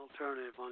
alternative